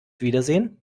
wiedersehen